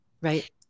right